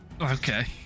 Okay